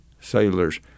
sailors